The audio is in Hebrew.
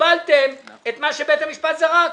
קיבלתם את מה שבית המשפט זרק.